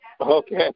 Okay